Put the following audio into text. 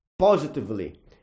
positively